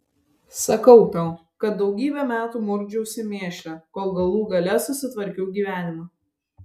sakau tau kad daugybę metų murkdžiausi mėšle kol galų gale susitvarkiau gyvenimą